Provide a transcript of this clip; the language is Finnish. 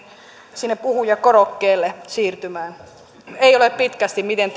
sinne puhujakorokkeelle siirtymään ei ole pitkästi miten